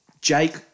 Jake